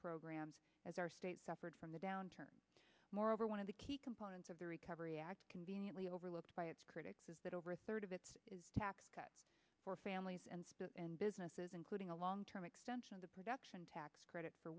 programs as our state suffered from the downturn moreover one of the key components of the recovery act conveniently overlooked by its critics is that over a third of it is tax cuts for families and businesses including a long term extension of the production tax credit for